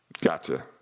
Gotcha